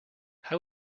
how